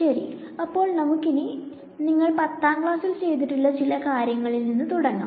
ശെരി അപ്പൊ നമുക്കിനി നിങ്ങൾ പത്താം ക്ലാസ്സിൽ ചെയ്തിട്ടുള്ള ചില കാര്യങ്ങളിൽ നിന്ന് തുടങ്ങാം